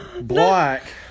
Black